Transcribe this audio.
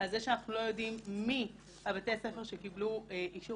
על זה שאנחנו לא יודעים מי בתי הספר שקיבלו אישור